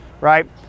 right